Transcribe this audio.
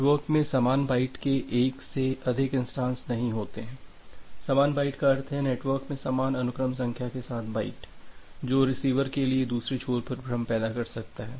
network में समान byte के एक से अधिक इंस्टांस नहीं होते हैं समान बाइट का अर्थ है नेटवर्क में समान अनुक्रम संख्या के साथ बाइट जो रिसीवर के लिए दूसरे छोर पर भ्रम पैदा कर सकता है